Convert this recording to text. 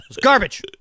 garbage